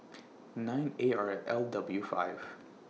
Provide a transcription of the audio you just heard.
nine A R L W five